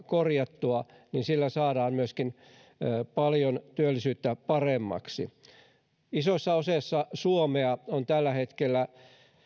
korjattua sillä saadaan myöskin paljon työllisyyttä paremmaksi isossa osassa suomea on tällä hetkellä